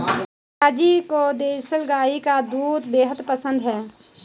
पिताजी को देसला गाय का दूध बेहद पसंद है